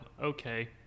okay